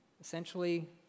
Essentially